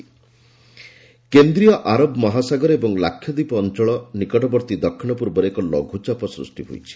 ଲୋ pressure କେନ୍ଦ୍ରୀୟ ଆରବ ମହାସାଗର ଏବଂ ଲାକ୍ଷୀଦ୍ୱୀପ ଅଂଚଳ ନିକଟବର୍ତ୍ତି ଦକ୍ଷୀଣ ପୂର୍ବରେ ଏକ ଲଘ୍ରଚାପ ସୃଷ୍ଟି ହୋଇଛି